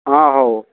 ହଁ ହଉ